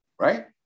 right